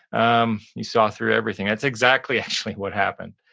um you saw through everything. that's exactly actually what happened?